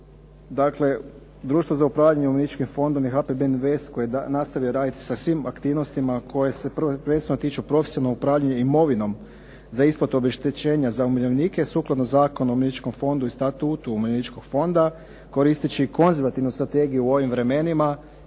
Dakle, društvo za upravljanje umirovljeničkim fondom je HPB Invest koji je nastavio raditi sa svim aktivnostima koje se prvenstveno tiču profesionalnog upravljanja imovinom za isplatu obeštećenja za umirovljenike sukladno Zakonu o umirovljeničkom fondu i statutu umirovljeničkog fonda koristeći konzervativnu strategiju u ovim vremenima